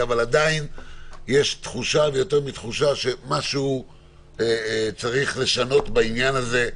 אבל עדיין יש תחושה ויותר מתחושה שמשהו צריך לשנות בעניין הזה.